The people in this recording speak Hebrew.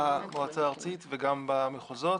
במועצה הארצית וגם במחוזות.